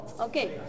Okay